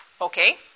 Okay